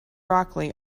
broccoli